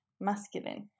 masculine